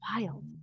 Wild